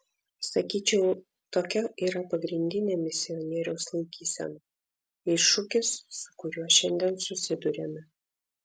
sakyčiau tokia yra pagrindinė misionieriaus laikysena iššūkis su kuriuo šiandien susiduriame